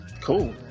cool